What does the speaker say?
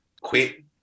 quit